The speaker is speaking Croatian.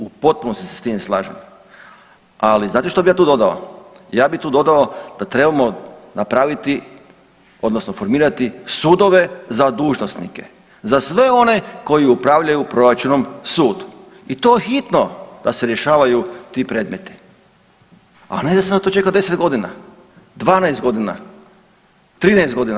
U potpunosti se s tim slažem, ali znate što bih ja tu dodao, ja bi tu dodao da trebamo napraviti odnosno formirati sudove za dužnosnike, za sve one koji upravljaju proračunom sud i to hitno da se rješavaju ti predmeti, a ne da se na to čeka 10 godina, 12 godina, 13 godina.